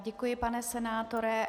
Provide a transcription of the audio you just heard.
Děkuji, pane senátore.